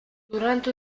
durante